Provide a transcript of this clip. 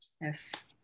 Yes